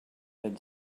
had